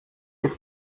ist